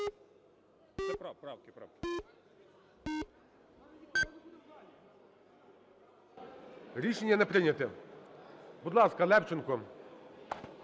Рішення не прийнято. Будь ласка, Левченко.